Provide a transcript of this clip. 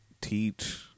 teach